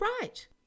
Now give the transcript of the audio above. right